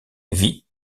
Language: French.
vit